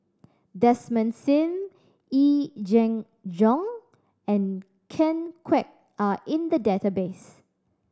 Desmond Sim Yee Jenn Jong and Ken Kwek are in the database